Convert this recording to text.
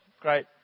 great